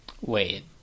Wait